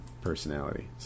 personality